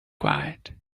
quiet